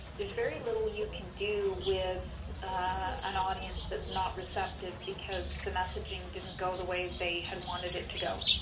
is very little you can do with an audience that's not receptive because the messaging didn't go the way they had wanted it to joann